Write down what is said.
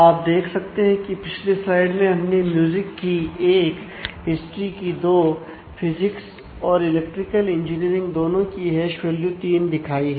आप देख सकते हैं कि पिछली स्लाइड में हमने म्यूजिक दोनों की हैश वैल्यू तीन दिखाई है